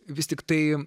vis tiktai